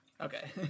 Okay